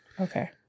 Okay